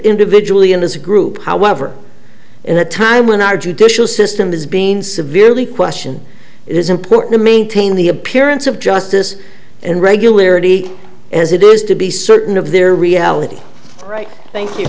individually and as a group however in a time when our judicial system is being severely question it is important to maintain the appearance of justice and regularity as it is to be certain of their reality right thank you